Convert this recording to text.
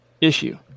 issue